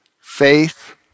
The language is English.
faith